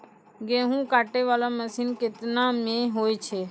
गेहूँ काटै वाला मसीन केतना मे होय छै?